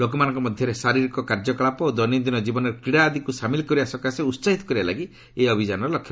ଲୋକମାନଙ୍କ ମଧ୍ୟରେ ଶାରିରୀକ କାର୍ଯ୍ୟକଳାପ ଓ ଦୈନନ୍ଦିନ ଜୀବନରେ କ୍ରୀଡ଼ା ଆଦିକୁ ସାମିଲ କରିବା ସକାଶେ ଉସାହିତ କରିବା ଲାଗି ଏହି ଅଭିଯାନର ଲକ୍ଷ୍ୟ